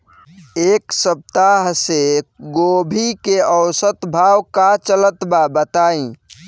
एक सप्ताह से गोभी के औसत भाव का चलत बा बताई?